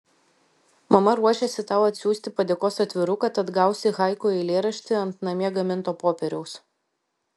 mama ruošiasi tau atsiųsti padėkos atviruką tad gausi haiku eilėraštį ant namie gaminto popieriaus